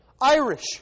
Irish